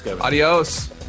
Adios